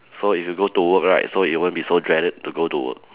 so if you go to work right so you won't be so dreaded to go to work